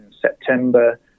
September